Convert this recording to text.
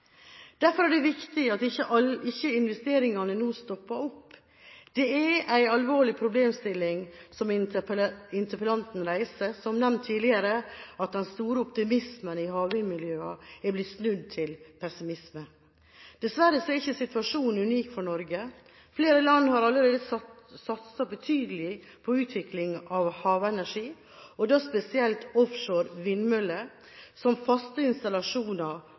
Derfor er det viktig at ikke investeringene nå stopper opp. Det er en alvorlig problemstilling som interpellanten reiser, som tidligere nevnt, at den store optimismen i havvindmiljøene er blitt snudd til pessimisme. Dessverre er ikke situasjonen unik for Norge. Flere land har allerede satset betydelig på utvikling av havenergi, og da spesielt på offshore vindmøller som faste installasjoner